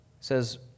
says